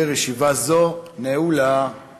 להראות: הנה, הם לא